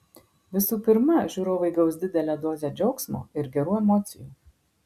visų pirma žiūrovai gaus didelę dozę džiaugsmo ir gerų emocijų